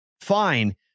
fine